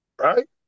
Right